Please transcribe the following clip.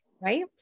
Right